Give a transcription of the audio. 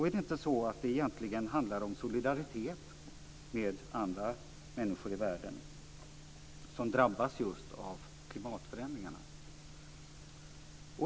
· Är det inte så att det egentligen handlar om solidaritet med andra människor i världen, som drabbas just av klimatförändringarna?